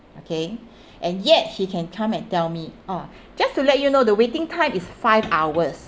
okay and yet he can come and tell me ah just to let you know the waiting time is five hours